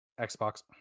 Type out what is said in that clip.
Xbox